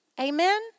amen